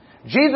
Jesus